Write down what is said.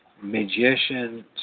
magician